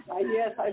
Yes